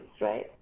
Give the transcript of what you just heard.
right